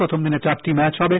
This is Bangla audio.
প্রথম দনি চারটিম্যাচ হবে